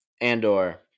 Andor